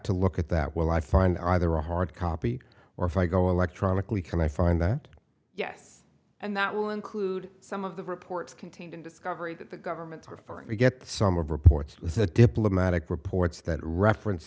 to look at that will i find either a hard copy or if i go electronically can i find that yes and that will include some of the reports contained in discovery that the government prefer to get some of reports with a diplomatic reports that reference